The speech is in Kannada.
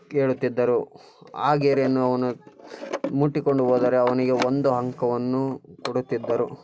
ಕೇಳುತ್ತಿದ್ದರು ಆ ಗೆರೆಯನ್ನು ಅವನು ಮುಟ್ಟಿಕೊಂಡು ಹೋದರೆ ಅವನಿಗೆ ಒಂದು ಅಂಕವನ್ನು ಕೊಡುತ್ತಿದ್ದರು